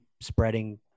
spreading